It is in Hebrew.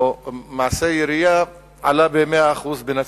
או מעשי הירייה, עלה ב-100% בנצרת.